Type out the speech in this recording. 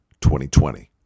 2020